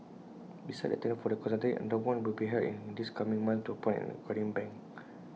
besides the tender for the consultancy another one will be held in this coming months to appoint an acquiring bank